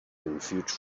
refuge